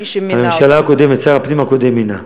הממשלה הקודמת, שר הפנים הקודם מינה.